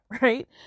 right